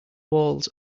walls